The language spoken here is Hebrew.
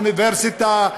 אוניברסיטה,